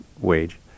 wage